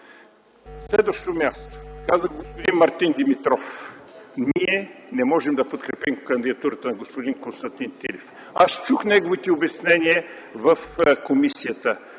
следващо място – каза го господин Мартин Димитров – ние не можем да подкрепим кандидатурата на господин Константин Тилев. Чух неговите обяснения в комисията,